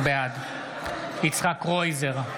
בעד יצחק קרויזר,